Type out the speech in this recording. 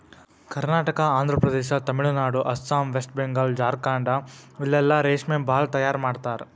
Karnataka, Andhra Pradesh, Tamil Nadu, Assam, west Bengal, Jharkhand ಇಲ್ಲೆಲ್ಲಾ ರೇಶ್ಮಿ ಭಾಳ್ ತೈಯಾರ್ ಮಾಡ್ತರ್